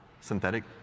synthetic